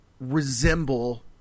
resemble